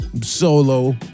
Solo